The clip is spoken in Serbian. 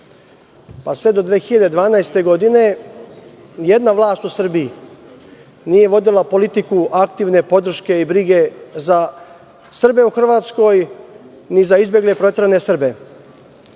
pa sve do 2012. godine nijedna vlast u Srbiji nije vodila politiku aktivne podrške i brige za Srbe u Hrvatskoj, ni za izbegle i proterane